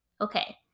Okay